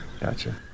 Gotcha